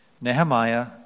Nehemiah